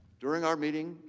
during our meeting,